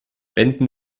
wenden